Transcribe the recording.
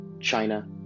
China